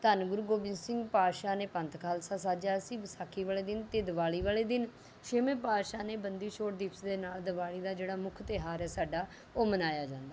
ਧੰਨ ਗੁਰੂ ਗੋਬਿੰਦ ਸਿੰਘ ਪਾਤਸ਼ਾਹ ਨੇ ਪੰਥ ਖਾਲਸਾ ਸਾਜਿਆ ਸੀ ਵਿਸਾਖੀ ਵਾਲੇ ਦਿਨ ਅਤੇ ਦੀਵਾਲੀ ਵਾਲੇ ਦਿਨ ਛੇਵੇਂ ਪਾਤਸ਼ਾਹ ਨੇ ਬੰਦੀ ਛੋੜ ਦਿਵਸ ਦੇ ਨਾਲ ਦੀਵਾਲੀ ਦਾ ਜਿਹੜਾ ਮੁੱਖ ਤਿਉਹਾਰ ਹੈ ਸਾਡਾ ਉਹ ਮਨਾਇਆ ਜਾਂਦਾ